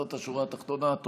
זאת השורה התחתונה?